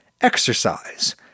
exercise